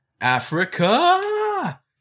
Africa